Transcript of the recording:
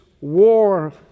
war